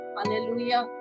Hallelujah